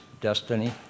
destiny